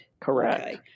Correct